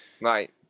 right